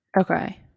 Okay